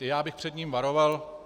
Já bych před ním varoval.